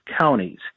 counties